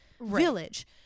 village